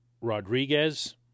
Rodriguez